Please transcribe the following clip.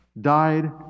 died